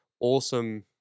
awesome